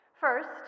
First